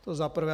To za prvé.